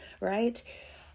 Right